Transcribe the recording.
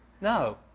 No